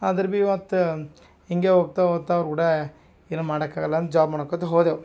ಅದ್ರ ಬಿ ಮತ್ತು ಹಿಂಗೆ ಹೋಗ್ತಾ ಹೋಗ್ತಾ ಅವ್ರುಕೂಡ ಏನು ಮಾಡೋಕಾಗಲ್ಲ ಅಂತ ಜಾಬ್ ಮಾಡ್ಕೋತ ಹೋದೆವು